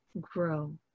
grow